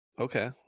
Okay